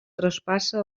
traspassa